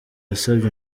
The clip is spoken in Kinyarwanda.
yasabye